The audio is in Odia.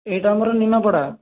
ଏଇଟା ଆମର ନିମାପଡ଼ା